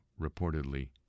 reportedly